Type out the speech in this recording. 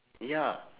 ya